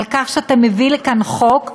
על כך שאתה מביא לכאן חוק,